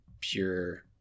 pure